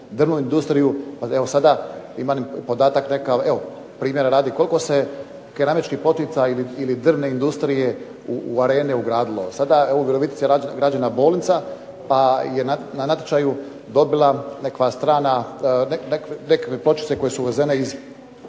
drvnu industriju, a evo sada imam podatak nekakav evo primjera radi koliko se keramičkih pločica ili drvne industrije u arene ugradilo. Sada evo u Virovitici je građena bolnica, pa je na natječaju dobila nekakva strana, nekakve pločice koje su uvezene iz